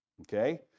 okay